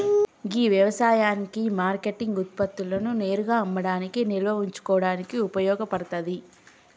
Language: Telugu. గీ యవసాయ మార్కేటింగ్ ఉత్పత్తులను నేరుగా అమ్మడానికి నిల్వ ఉంచుకోడానికి ఉపయోగ పడతాది